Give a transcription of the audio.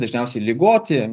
dažniausiai ligoti